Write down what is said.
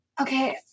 okay